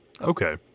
Okay